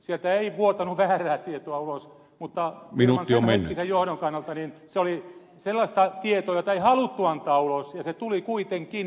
sieltä ei vuotanut väärää tietoa ulos mutta sen hetkisen johdon kannalta se oli sellaista tietoa jota ei haluttu antaa ulos ja se tuli kuitenkin